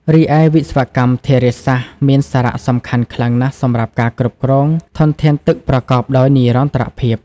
រីឯវិស្វកម្មធារាសាស្ត្រ មានសារៈសំខាន់ខ្លាំងណាស់សម្រាប់ការគ្រប់គ្រងធនធានទឹកប្រកបដោយនិរន្តរភាព។